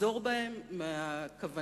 לחזור בהם מהכוונה,